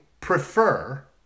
prefer